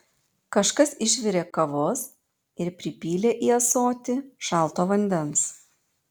kažkas išvirė kavos ir pripylė į ąsotį šalto vandens